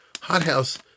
hothouse